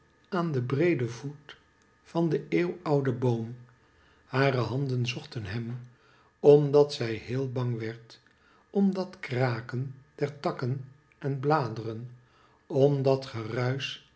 aan den breeden voet van den eeuwouden boom hare handen zochten hem omdat zij heel bang werd om dat kraken der takken en bladeren